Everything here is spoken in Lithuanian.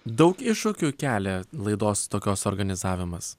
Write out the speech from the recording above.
daug iššūkių kelia laidos tokios organizavimas